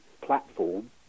platform